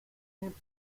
kent